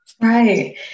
Right